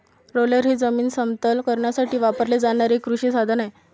roller हे जमीन समतल करण्यासाठी वापरले जाणारे एक कृषी साधन आहे